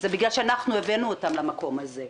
זה בגלל שאנחנו הבאנו למקום הזה.